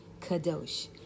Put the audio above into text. Kadosh